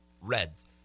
Reds